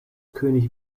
könig